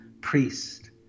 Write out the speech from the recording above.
priest